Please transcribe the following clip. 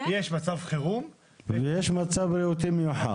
יש מצב חירום ויש מצב בריאותי מיוחד.